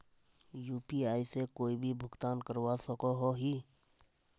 UPI से कोई भी भुगतान करवा सकोहो ही?